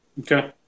Okay